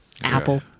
Apple